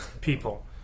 people